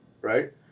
right